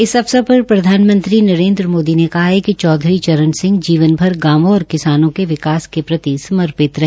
इस अवसर पर प्रधानमंत्री नरेंद्र मोदी ने कहा है कि चौधरी चरण सिंह जीवनभर गांवों और किसानों के विकास के प्रति समर्पित रहे